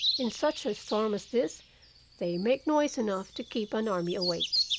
in such a storm as this they make noise enough to keep an army awake.